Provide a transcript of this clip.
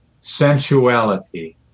sensuality